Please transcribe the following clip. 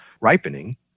ripening